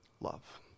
Love